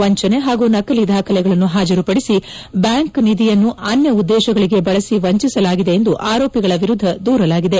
ವಂಚನೆ ಹಾಗೂ ನಕಲಿ ದಾಖಲೆಗಳನ್ನು ಹಾಜರುಪಡಿಸಿ ಬ್ಲಾಂಕ್ ನಿಧಿಯನ್ನು ಅನ್ನ ಉದ್ಲೇಶಗಳಿಗೆ ಬಳಸಿ ವಂಚಿಸಲಾಗಿದೆ ಎಂದು ಆರೋಪಿಗಳ ವಿರುದ್ದ ದೂರಲಾಗಿದೆ